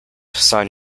sign